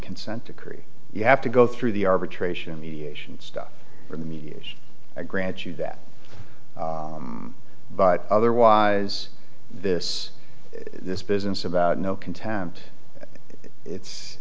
consent decree you have to go through the arbitration mediation stuff for mediation i grant you that but otherwise this this business about no contempt it's